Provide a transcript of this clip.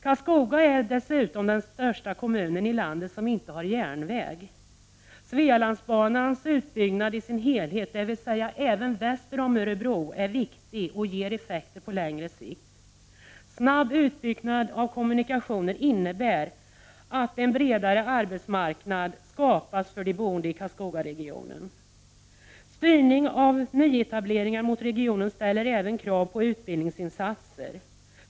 Karlskoga är dessutom den största kommunen i landet som inte har järnväg. Svealandsbanans utbyggnad i sin helhet, dvs. även väster om Örebro, är viktig och ger effekter på längre sikt. Snabb utbyggnad av kommunikationer innebär att en bredare arbetsmarknad skapas för de boende i Karlskogaregionen. Styrning av nyetableringar mot regionen ställer även krav på utbildningsinsatser.